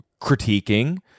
critiquing